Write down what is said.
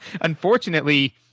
unfortunately –